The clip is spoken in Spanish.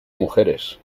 mujeres